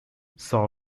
saw